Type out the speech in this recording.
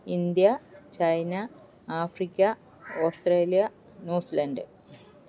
India China Africa Australia New Zealand